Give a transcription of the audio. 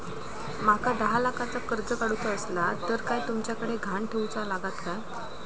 माका दहा लाखाचा कर्ज काढूचा असला तर काय तुमच्याकडे ग्हाण ठेवूचा लागात काय?